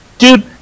Dude